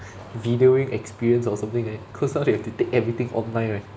videoing experience or something like that cause now they have to take everything online right